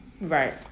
Right